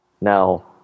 Now